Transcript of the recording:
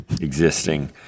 existing